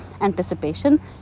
anticipation